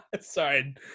Sorry